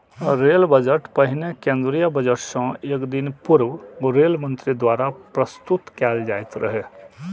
rail budget पहिने केंद्रीय budget सं एक दिन पूर्व रेल मंत्री द्वारा प्रस्तुत कैल जाइत रहै